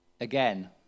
again